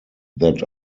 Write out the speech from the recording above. that